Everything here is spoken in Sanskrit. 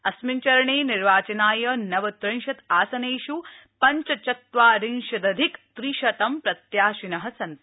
अस्मिन् चरणे निर्वाचनाय नवत्रिंशत् आसनेष् पञ्चचत्वारिंशदधिक त्रिशतं प्रत्याशिन सन्ति